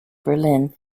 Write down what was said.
berlin